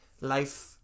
life